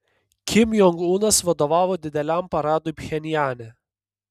kim jong unas vadovavo dideliam paradui pchenjane